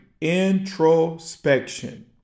introspection